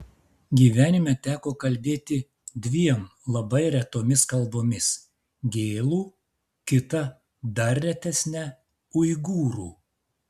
gyvenime teko kalbėti dviem labai retomis kalbomis gėlų kita dar retesne uigūrų